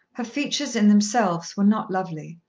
her features in themselves were not lovely.